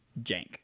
jank